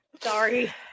Sorry